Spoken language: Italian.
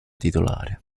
titolare